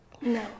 No